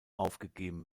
aufgegeben